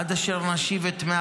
עד אשר נשיב את 101